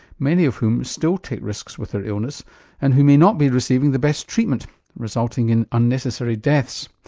many of whom still take risks with their illness and who may not be receiving the best treatment resulting in unnecessary deaths.